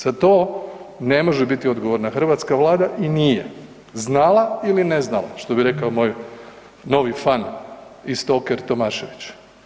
Za to ne može biti odgovorna hrvatska Vlada i nije, znala ili ne znala, što bi rekao moj novi fan i stalker Tomašević.